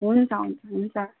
हुन्छ हुन्छ हुन्छ